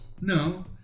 no